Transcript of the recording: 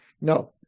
No